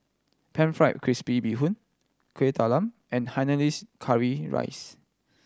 Pan Fried Crispy Bee Hoon Kueh Talam and Hainanese curry rice